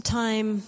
time